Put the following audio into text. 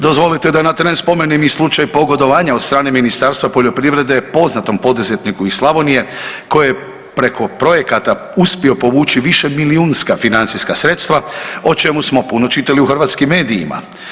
Dozvolite da na tren spomenem i slučaj pogodovanja od strane Ministarstva poljoprivrede poznatom poduzetniku iz Slavonije koji je preko projekata uspio povući višemilijunska financijska sredstva o čemu smo puno čitali u hrvatskim medijima.